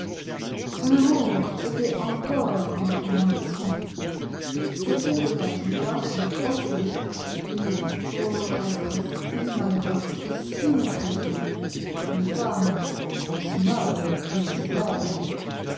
son amour était encore de l'ambition c'était de la joie de posséder lui pauvre être si malheureux et si méprisé une femme aussi noble et aussi belle